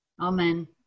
Amen